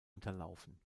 unterlaufen